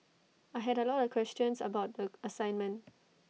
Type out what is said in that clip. I had A lot of questions about the assignment